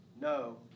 no